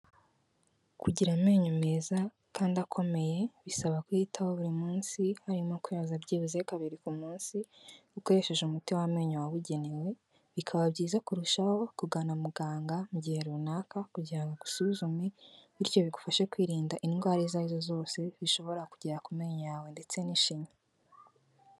Kugira amenyo meza kandi akomeye bisaba kuyitaho buri munsi, harimo kuyoza byibuze kabiri ku munsi ukoresheje umuti w'amenyo wabugenewe, bikaba byiza kurushaho kugana muganga mu gihe runaka kugira ngo agusuzume bityo bigufashe kwirinda indwara izo ari zo zose zishobora kugera ku menyo yawe ndetse n'ishinya.